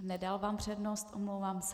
Nedal vám přednost, omlouvám se.